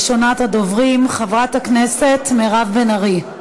ראשונת הדוברים, חברת הכנסת מירב בן ארי,